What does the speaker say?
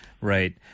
Right